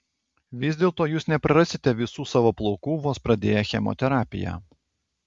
vis dėlto jūs neprarasite visų savo plaukų vos pradėję chemoterapiją